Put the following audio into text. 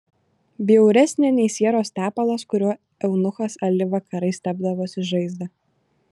bjauresnė nei sieros tepalas kuriuo eunuchas ali vakarais tepdavosi žaizdą